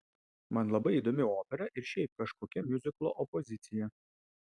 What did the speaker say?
man labai įdomi opera ir šiaip kažkokia miuziklo opozicija